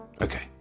Okay